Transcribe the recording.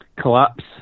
collapse